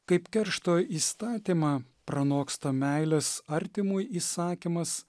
kaip keršto įstatymą pranoksta meilės artimui įsakymas